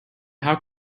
how